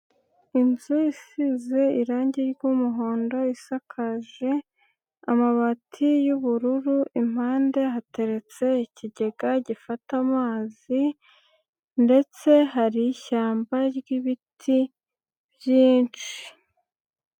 Inzu isize irangi ry'umuhondo, isakaje amabati y'ubururu. Impande hateretse ikigega gifata amazi ndetse hari ishyamba ry'ibiti byinshi.